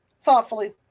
thoughtfully